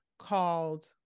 called